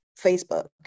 facebook